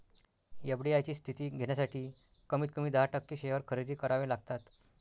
FDI ची स्थिती घेण्यासाठी कमीत कमी दहा टक्के शेअर खरेदी करावे लागतात